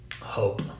hope